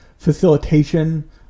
facilitation